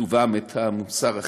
הכתובה מטעם שר החינוך: